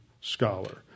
scholar